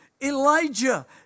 Elijah